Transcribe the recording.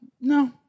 no